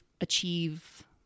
achieve